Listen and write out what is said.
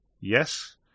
Yes